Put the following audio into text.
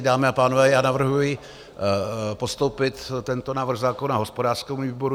Dámy a pánové, navrhuji postoupit tento návrh zákona hospodářskému výboru.